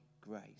grace